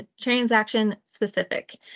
transaction-specific